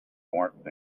warmth